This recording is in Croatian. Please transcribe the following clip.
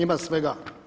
Ima svega.